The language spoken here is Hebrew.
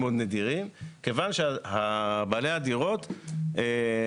בתיקון שנעשה בחוק ההסדרים האחרון בעצם נקבע שצריך אישור מקדמי